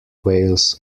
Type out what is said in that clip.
wales